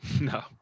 No